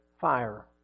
Fire